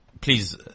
please